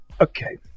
okay